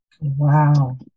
Wow